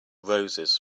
roses